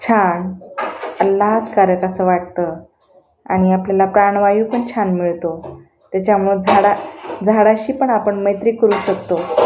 छानआल्हादकारक असं वाटतं आणि आपल्याला प्राणवायू पण छान मिळतो त्याच्यामुळं झाडा झाडाशी पण आपण मैत्री करू शकतो